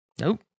Nope